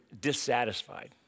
dissatisfied